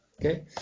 okay